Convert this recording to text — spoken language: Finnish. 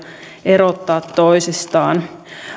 erottaa toisistaan